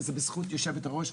וזה בזכות היושבת-ראש,